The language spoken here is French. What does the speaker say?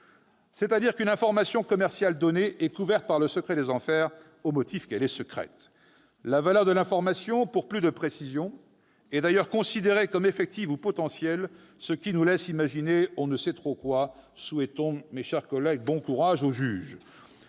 dit, une information commerciale donnée est couverte par le secret des affaires au motif qu'elle est secrète. La valeur de l'information, pour plus de précision, est d'ailleurs considérée comme effective ou potentielle, ce qui laisse imaginer on ne sait trop quoi ... Mes chers collègues, souhaitons bon courage aux juges